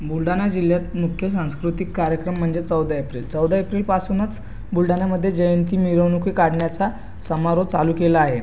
बुलढाणा जिल्ह्यात मुख्य सांस्कृतिक कार्यक्रम म्हणजे चौदा एप्रिल चौदा एप्रिलपासूनच बुलढाण्यामध्ये जयंती मिरवणुकी काढण्याचा समारो चालू केला आहे